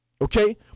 Okay